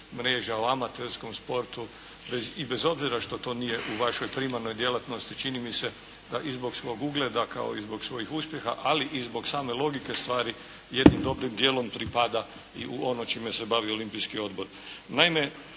mreža, o amaterskom sportu i bez obzira što to nije u vašoj primarnoj djelatnosti, čini mi se da i zbog svog ugleda kao i zbog svojih uspjeha, ali i zbog same logike stvari jednim dobrim dijelom pripada i u ono čime se bavi Olimpijski odbor.